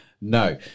No